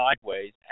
sideways